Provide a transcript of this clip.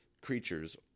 creatures